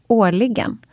årligen